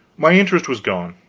my interest was gone,